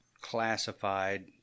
classified